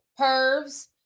pervs